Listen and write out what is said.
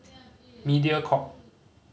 Mediacorp